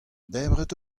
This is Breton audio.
debret